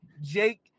Jake